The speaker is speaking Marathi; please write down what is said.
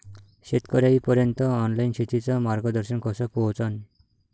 शेतकर्याइपर्यंत ऑनलाईन शेतीचं मार्गदर्शन कस पोहोचन?